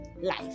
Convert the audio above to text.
life